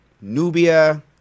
Nubia